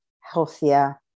healthier